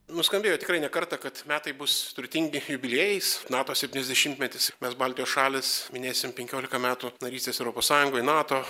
nuskambėjo tikrai ne kartą kad metai bus turtingi jubiliejais nato septyniasdešimtmetis mes baltijos šalys minėsim penkiolika metų narystės europos sąjungoj nato